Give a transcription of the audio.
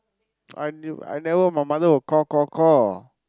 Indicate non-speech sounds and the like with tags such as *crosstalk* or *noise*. *noise* I knew I never my mother will call call call